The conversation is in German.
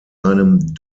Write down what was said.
einem